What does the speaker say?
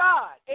God